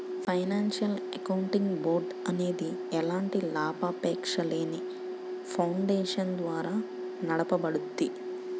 financial accounting board అనేది ఎలాంటి లాభాపేక్షలేని ఫౌండేషన్ ద్వారా నడపబడుద్ది